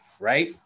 right